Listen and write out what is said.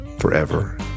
forever